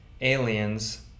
aliens